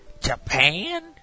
Japan